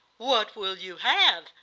what will you have?